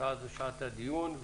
שעה זה שעת הדיון,